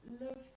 love